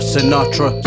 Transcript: Sinatra